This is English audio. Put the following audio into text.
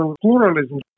pluralism